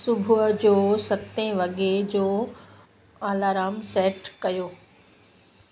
सुबुह जो सते वॻे जो अलार्म सेट कयो